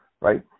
right